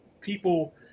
people